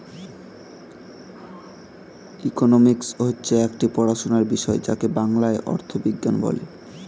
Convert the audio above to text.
economics হচ্ছে একটি পড়াশোনার বিষয় যাকে বাংলায় অর্থবিজ্ঞান বলে